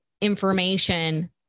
information